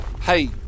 Hey